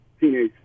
teenage